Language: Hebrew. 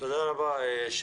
תודה רבה.